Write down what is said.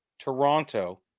Toronto